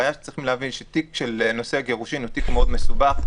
צריך להבין שתיק של גירושין הוא תיק מאוד מסובך.